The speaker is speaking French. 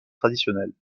traditionnelle